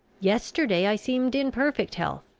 yesterday i seemed in perfect health,